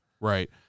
Right